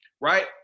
right